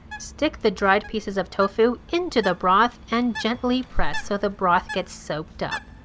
stick the dried pieces of tofu into the broth and gently press so the broth gets soaked up.